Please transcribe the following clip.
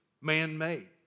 man-made